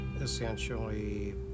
essentially